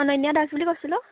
অনন্যা দাস বুলি কৈছিলোঁ